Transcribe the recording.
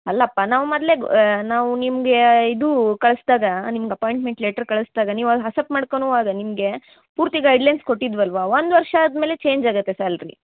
ಅಲ್ಲಪ್ಪ ನಾವು ಮದ್ಲೆಗು ನಾವು ನಿಮಗೆ ಇದೂ ಕಳಸ್ದಾಗ ನಿಮ್ಗ ಅಪಾಯಿಂಟ್ಮೆಂಟ್ ಲೇಟ್ರ್ ಕಳಸ್ದಾಗ ನೀವು ಅದು ಹಸೆಪ್ಟ್ ಮಾಡ್ಕೊನುವಾಗ ನಿಮಗೆ ಪೂರ್ತಿ ಗೈಡ್ಲೈನ್ಸ್ ಕೊಟ್ಟಿದ್ವಲ್ಲವಾ ಒಂದು ವರ್ಷ ಆದ್ಮೇಲೆ ಚೇಂಜ್ ಆಗತ್ತೆ ಸ್ಯಾಲ್ರಿ